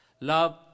love